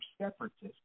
separatists